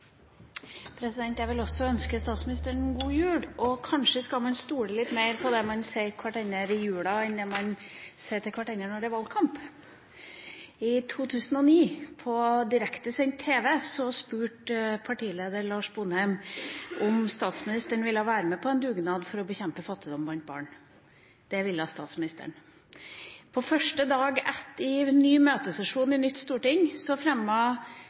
jul. Og kanskje skal man stole litt mer på det man sier til hverandre i jula enn det man sier til hverandre når det er valgkamp? I 2009, på direktesendt TV, spurte partileder Lars Sponheim om statsministeren ville være med på en dugnad for å bekjempe fattigdom blant barn. Det ville statsministeren. På første dag i ny møtesesjon i nytt storting